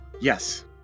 Yes